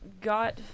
got